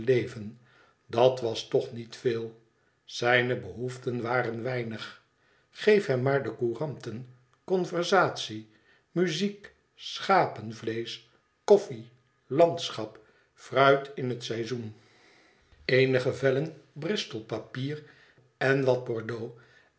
dat was toch niet veel zijne behoeften waren weinig geef hem maar de couranten conversatie muziek schapenvleesch koffie landschap fruit in het seizoen eenige vellen bristolpapier en wat bordeaux